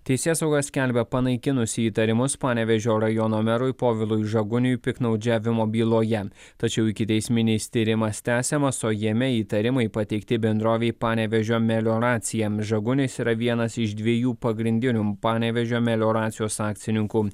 teisėsauga skelbia panaikinusi įtarimus panevėžio rajono merui povilui žaguniui piktnaudžiavimo byloje tačiau ikiteisminis tyrimas tęsiamas o jame įtarimai pateikti bendrovei panevėžio melioracija žagunis yra vienas iš dviejų pagrindinių panevėžio melioracijos akcininkų